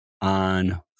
on